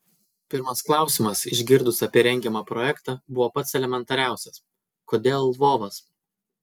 pirmas klausimas išgirdus apie rengiamą projektą buvo pats elementariausias kodėl lvovas